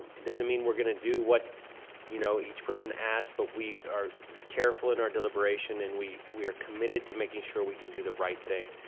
it doesn't mean we're gonna do what you know each person asks but we are careful in our deliberation and we we are committed to making sure we can do the right thing.